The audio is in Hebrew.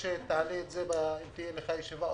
שתעלה את זה, במידה ותהיה לך ישיבה עם